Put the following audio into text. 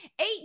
eight